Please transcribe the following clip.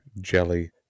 jelly